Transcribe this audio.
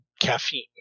caffeine